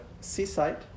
seaside